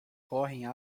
correm